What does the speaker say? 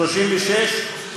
מסיר.